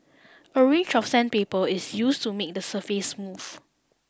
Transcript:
a range of sandpaper is used to make the surface smooth